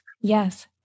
Yes